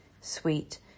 Sweet